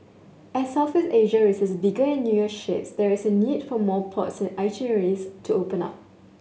as Southeast Asia receives bigger and newer ships there is a need for more ports and itineraries to open up